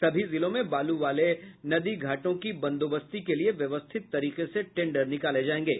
सभी जिलों में बालू वाले नदी घाटों की बंदोबस्ती के लिए व्यवस्थित तरीके से टेंडर निकाले जायेंगे